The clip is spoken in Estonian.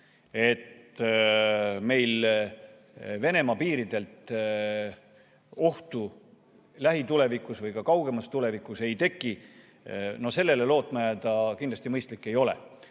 et meil Venemaa piirilt ohtu lähitulevikus või ka kaugemas tulevikus ei teki, [ei ole ja] sellele lootma jääda kindlasti mõistlik ei ole.